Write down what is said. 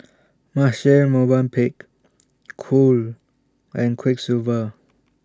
Marche Movenpick Cool and Quiksilver